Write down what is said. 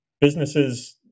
businesses